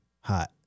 hot